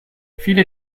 viele